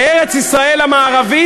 נכון,